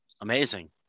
Amazing